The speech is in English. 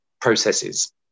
processes